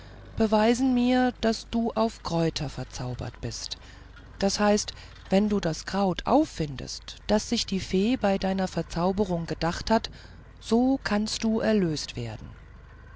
beweisen mir daß du auf kräuter bezaubert bist das heißt wenn du das kraut auffindest das sich die fee bei deiner verzauberung gedacht hat so kannst du erlöst werden